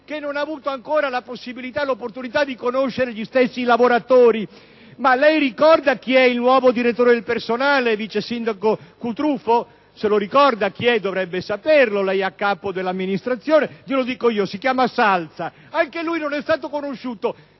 che non ha avuto ancora la possibilità e l'opportunità di conoscere gli stessi lavoratori. Lei ricorda chi è il nuovo direttore del personale, vice sindaco Cutrufo? Dovrebbe saperlo, lei è a capo dell'amministrazione. Glielo dico io: si chiama Massimo Salza, e anche lui non è stato conosciuto